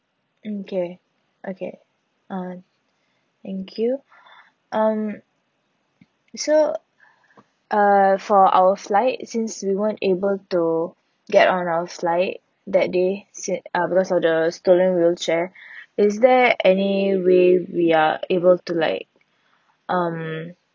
okay okay uh thank you um so uh for our flight since we weren't able to get on our flight that day sin~ uh because of the stolen wheelchair is there any way we are able to like um